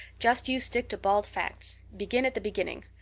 just you stick to bald facts. begin at the beginning.